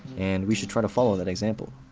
and we should try to follow that example.